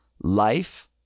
life